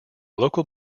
local